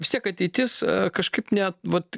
vis tiek ateitis kažkaip net vat